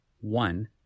one